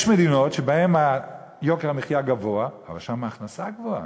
יש מדינות שבהן יוקר המחיה גבוה אבל שם ההכנסה גבוהה,